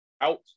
out